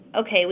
okay